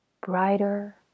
brighter